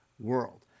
world